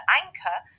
anchor